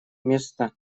место